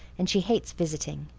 and she hates visiting.